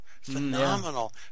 Phenomenal